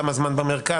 כמה זמן במרכז?